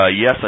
yes